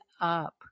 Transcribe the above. up